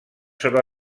sobre